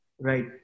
Right